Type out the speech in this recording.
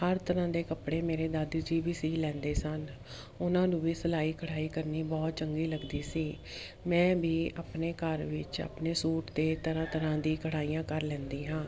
ਹਰ ਤਰ੍ਹਾਂ ਦੇ ਕੱਪੜੇ ਮੇਰੇ ਦਾਦੀ ਜੀ ਵੀ ਸੀਅ ਲੈਂਦੇ ਸਨ ਉਹਨਾਂ ਨੂੰ ਵੀ ਸਿਲਾਈ ਕਢਾਈ ਕਰਨੀ ਬਹੁਤ ਚੰਗੀ ਲੱਗਦੀ ਸੀ ਮੈਂ ਵੀ ਆਪਣੇ ਘਰ ਵਿੱਚ ਆਪਣੇ ਸੂਟ 'ਤੇ ਤਰ੍ਹਾਂ ਤਰ੍ਹਾਂ ਦੀ ਕਢਾਈਆਂ ਕਰ ਲੈਂਦੀ ਹਾਂ